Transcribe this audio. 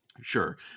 Sure